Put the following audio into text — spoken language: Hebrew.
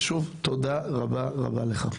ושוב תודה רבה רבה לך.